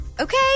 Okay